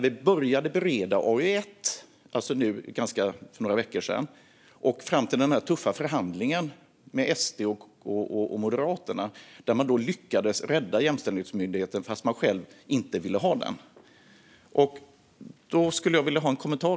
Vi började bereda betänkande AU1 för några veckor sedan, och sedan var det vägen fram till den tuffa förhandlingen med SD och Moderaterna, där man lyckades rädda Jämställdhetsmyndigheten fastän man själv inte ville ha den. Jag skulle vilja höra en kommentar.